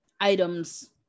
items